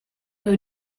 who